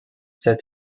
said